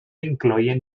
incloïen